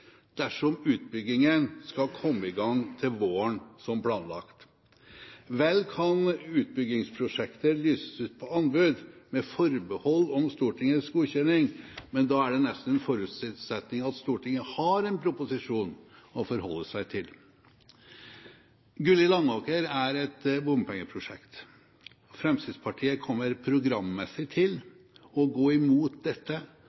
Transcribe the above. dersom utbyggingen skal komme i gang til våren som planlagt. Vel kan utbyggingsprosjekter lyses ut på anbud, med forbehold om Stortingets godkjenning, men da er det nesten en forutsetning at Stortinget har en proposisjon å forholde seg til. Gulli–Langåker er et bompengeprosjekt. Fremskrittspartiet kommer programmessig til å gå imot dette,